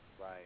Right